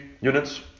units